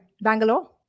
Bangalore